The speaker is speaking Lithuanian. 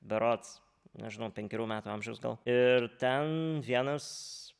berods nežinau penkerių metų amžiaus gal ir ten vienas